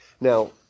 Now